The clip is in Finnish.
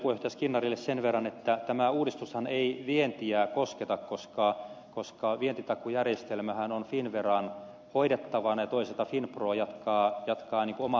puheenjohtaja skinnarille sen verran että tämä uudistushan ei vientiä kosketa koska vientitakuujärjestelmähän on finnveran hoidettavana ja toisaalta finpro jatkaa omaa toimintaansa